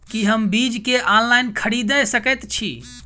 की हम बीज केँ ऑनलाइन खरीदै सकैत छी?